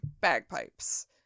bagpipes